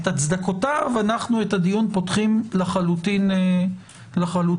את הצדקותיו אנחנו את הדיון פותחים לחלוטין מחדש.